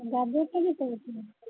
ଗାଜରଟା କେତେ ଅଛି